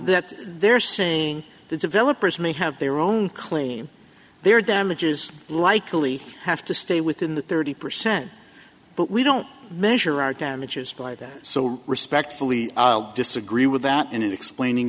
that they're saying the developers may have their own claim their damages likely have to stay within the thirty percent but we don't measure our damages by that so respectfully disagree with that and explaining